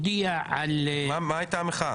מה היתה המחאה?